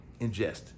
ingest